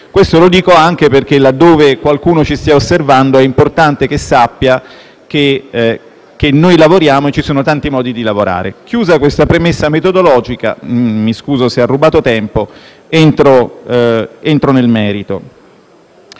Questo lo dico anche perché, laddove qualcuno ci stia osservando, è importante che sappia che noi lavoriamo e che ci sono tanti modi di lavorare. Chiusa questa premessa metodologica - mi scuso se ha rubato tempo - entro nel merito.